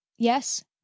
Yes